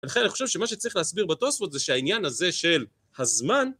מתחיל לחשוב שמה שצריך להסביר בתוספות זה שהעניין הזה של הזמן...